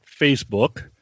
facebook